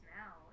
now